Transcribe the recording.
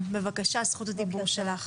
בבקשה, זכות הדיבור שלך.